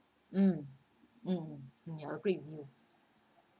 mm) mm mm ya I agree with you